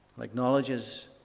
Acknowledges